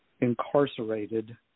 incarcerated